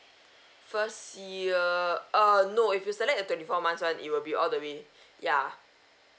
first year err no if you select the twenty four months it will be all the way ya